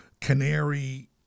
canary